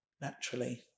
naturally